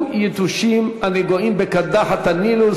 חיים ילין,